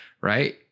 right